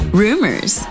rumors